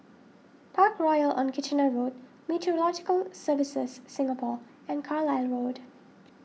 Parkroyal on Kitchener Road Meteorological Services Singapore and Carlisle Road